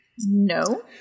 No